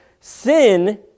sin